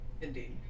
indeed